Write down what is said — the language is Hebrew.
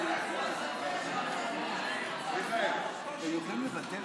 תביאו בחשבון שהאופוזיציה יכולה למשוך את אחת הבקשות